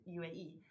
UAE